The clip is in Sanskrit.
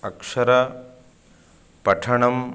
अक्षरपठनं